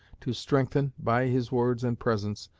to strengthen, by his words and presence,